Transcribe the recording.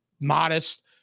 modest